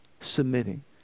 Submitting